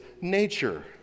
nature